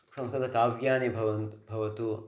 संस्कृतकाव्यानि भवन्तु भवतु